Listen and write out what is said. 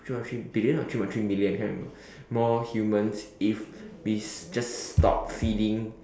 three point billion or three point three million can't remember more humans if we just stop feeding